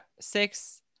six